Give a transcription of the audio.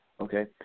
Okay